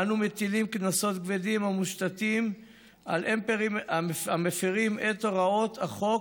אנו משיתים קנסות כבדים על המפירים את הוראות החוק,